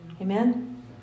Amen